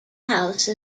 house